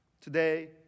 today